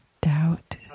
doubt